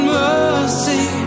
mercy